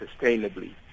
sustainably